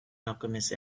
alchemist